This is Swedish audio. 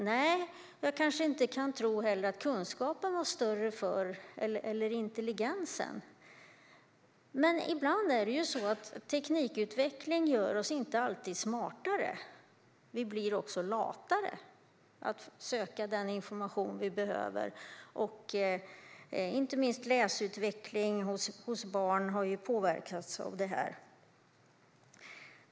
Nej, jag kanske inte heller tror att kunskapen eller intelligensen var större förr, men teknikutveckling gör oss inte alltid smartare, utan vi blir också latare när det gäller att söka den information vi behöver. Inte minst läsutvecklingen hos barn har påverkats av det här.